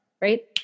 right